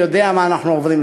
יודע מה אנחנו עוברים.